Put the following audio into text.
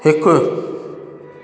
हिकु